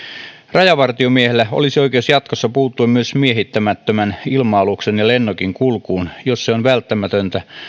rajavartiomiehellä olisi oikeus jatkossa puuttua myös miehittämättömän ilma aluksen ja lennokin kulkuun jos se on välttämätöntä